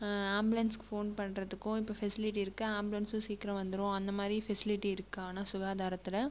ஆம்புலன்சுக்கும் phone பண்ணுறதுக்கும் இப்போ facility இருக்குது ஆம்புலன்சும் சீக்கிரம் வந்துரும் அந்தமாதிரி ஃபெசிலிட்டி இருக்குது ஆனால் சுகாதாரத்தில்